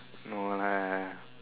no lah